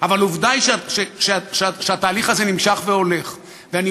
אבל עובדה היא שהתהליך הזה הולך ונמשך.